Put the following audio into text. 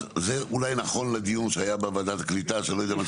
אז זה אולי נכון לדיון שהיה בוועדת הקליטה שאני לא יודע מתי.